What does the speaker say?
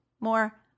more